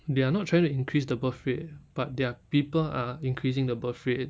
they are not trying to increase the birth rate but their people are increasing the birth rate